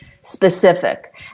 specific